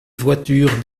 voitures